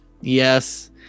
yes